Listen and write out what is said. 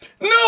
no